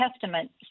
Testament